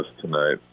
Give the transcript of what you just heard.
tonight